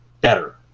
better